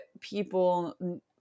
people